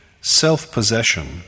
self-possession